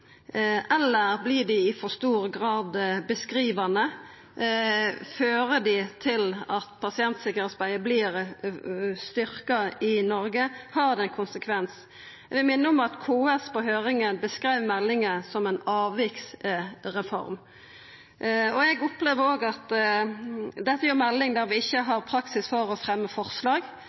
eller om dei i for stor grad vert beskrivande. Fører dei til at pasientsikkerheitsarbeidet vert styrkt i Noreg? Har det ein konsekvens? Eg vil minna om at KS på høyringa beskreiv meldinga som ei avviksreform. Eg opplever òg at dette er ei melding der vi ikkje har praksis for å fremja forslag.